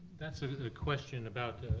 that's a good question about,